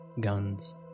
guns